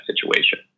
situation